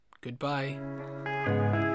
Goodbye